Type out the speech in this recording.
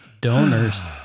donors